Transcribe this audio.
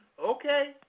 Okay